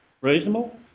Reasonable